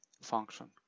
function